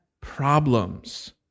problems